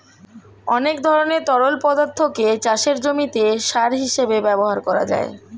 অনেক ধরনের তরল পদার্থকে চাষের জমিতে সার হিসেবে ব্যবহার করা যায়